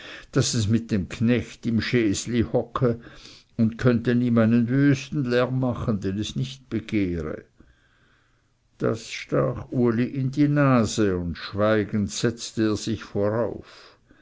daß es mit dem knecht im schesli hocke und könnten ihm einen wüsten lärm machen den es nicht begehre das stach uli in die nase und schweigend setzte er sich vorauf